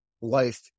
life